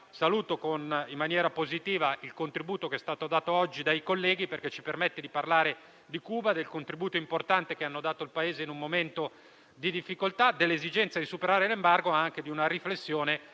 saluto in maniera positiva il contributo che è stato dato oggi dai colleghi perché ci permette di parlare di Cuba, del contributo importante che hanno dato al Paese in un momento di difficoltà, delle esigenze di superare l'embargo e anche di una riflessione